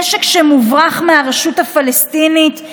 נשק שמוברח מהרשות הפלסטינית,